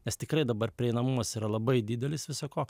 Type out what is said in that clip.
nes tikrai dabar prieinamumas yra labai didelis visa ko